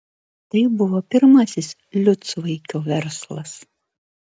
tai buvo pirmasis liucvaikio verslas